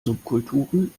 subkulturen